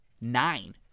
nine